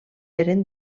eren